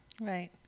Right